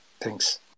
Thanks